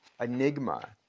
enigma